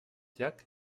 llac